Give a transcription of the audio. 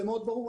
זה מאוד ברור.